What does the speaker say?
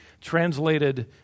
translated